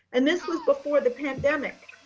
and this was before the pandemic.